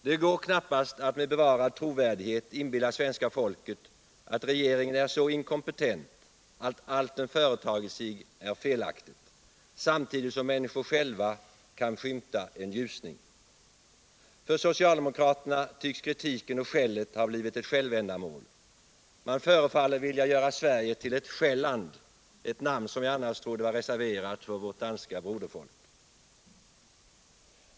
Det går knappast att med bevarad trovärdighet inbilla svenska folket att regeringen är så inkompetent att allt den företagit sig är felaktigt, samtidigt som människor själva kan skymta en ljusning. För socialdemokraterna tycks kritiken och skället ha blivit ett självändamål. Man förefaller vilja göra Sverige till ett Skälland, ett namn som jag annars trodde var reserverat för vårt danska broderfolk.